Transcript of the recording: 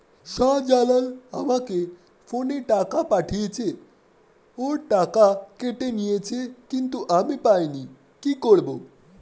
শাহ্জালাল আমাকে ফোনে টাকা পাঠিয়েছে, ওর টাকা কেটে নিয়েছে কিন্তু আমি পাইনি, কি করব?